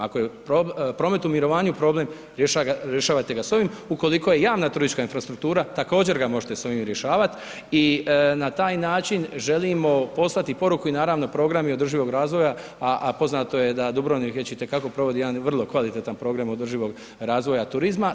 Ako je promet u mirovanju problem, rješavajte da s ovim, ukoliko je javna turistička infrastruktura, također ga možete s ovim rješavati i na taj način želimo poslat poruku i naravno, programi održivog razvoja, a poznato je da Dubrovnik već i te kako provodi jedan vrlo kvalitetan program održivog razvoja turizma.